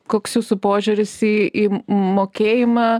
koks jūsų požiūris į į mokėjimą